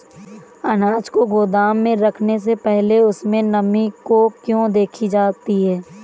अनाज को गोदाम में रखने से पहले उसमें नमी को क्यो देखी जाती है?